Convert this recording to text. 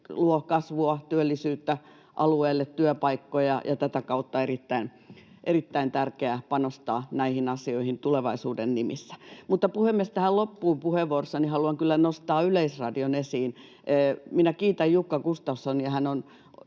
luo kasvua, työllisyyttä ja alueille työpaikkoja, ja tätä kautta on erittäin tärkeää panostaa näihin asioihin tulevaisuuden nimissä. Puhemies! Tähän loppuun puheenvuorossani haluan kyllä nostaa Yleisradion esiin: Kiitän Jukka Gustafssonia,